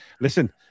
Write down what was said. listen